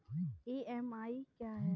EMI क्या है?